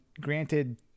granted